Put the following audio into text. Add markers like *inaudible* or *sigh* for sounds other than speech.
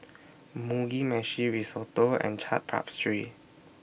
Mugi Meshi Risotto and Chaat *unintelligible*